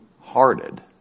hearted